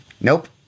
Nope